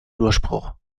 durchbruch